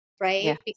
Right